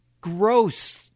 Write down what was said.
gross